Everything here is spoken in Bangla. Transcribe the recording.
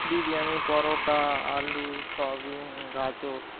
বিরিয়ানি পরোটা আলু সয়াবিন গাজর